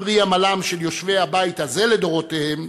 פרי עמלם של יושבי הבית הזה לדורותיהם,